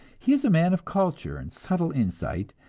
he is a man of culture and subtle insight,